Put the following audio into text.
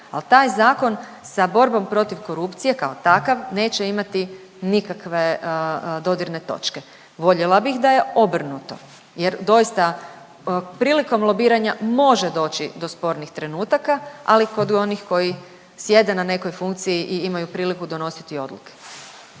al taj zakon sa borbom protiv korupcije kao takav neće imati nikakve dodirne točke. Voljela bih da je obrnuto jer doista prilikom lobiranja može doći do spornih trenutaka, ali kod onih koji sjede na nekoj funkciji i imaju priliku donositi odluke.